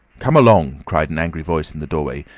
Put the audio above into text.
come along, cried an angry voice in the doorway,